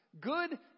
good